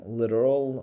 literal